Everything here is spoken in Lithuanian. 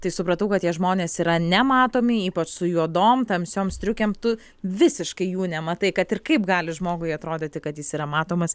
tai supratau kad tie žmonės yra nematomi ypač su juodom tamsiom striukėm tu visiškai jų nematai kad ir kaip gali žmogui atrodyti kad jis yra matomas